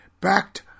Backed